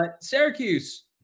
Syracuse